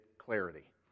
clarity